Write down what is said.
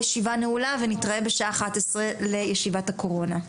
הישיבה נעולה ונתראה בשעה 11 לישיבת הקורונה.